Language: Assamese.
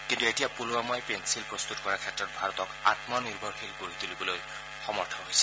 কিন্তু এতিয়া পুলৱামাই পেন্সিল প্ৰস্তুত কৰাৰ ক্ষেত্ৰত ভাৰতক আমনিৰ্ভৰশীল কৰি গঢ়ি তুলিবলৈ সমৰ্থ হৈছে